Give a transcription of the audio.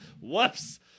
Whoops